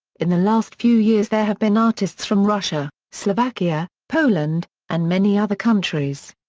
in the last few years there have been artists from russia, slovakia, poland and many other countries.